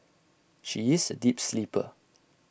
she is A deep sleeper